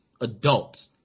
adults